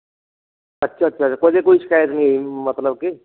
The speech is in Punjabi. ਅੱਛਾ ਅੱਛਾ ਕਦੇ ਕੋਈ ਸ਼ਿਕਾਇਤ ਨਹੀਂ ਆਈ ਮਤਲਬ ਕਿ